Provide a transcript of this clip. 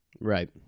Right